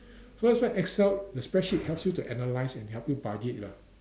so that's why Excel the spreadsheet helps you to analyse and help you budget lah